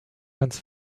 ganz